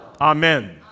Amen